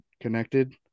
connected